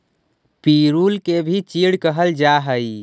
पिरुल के भी चीड़ कहल जा हई